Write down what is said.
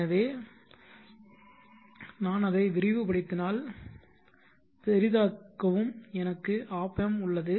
எனவே அது ஒன்றுமில்லை நான் அதை விரிவுபடுத்தினால் பெரிதாக்கவும் எனக்கு ஒப் ஆம்ப் உள்ளது